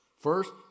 First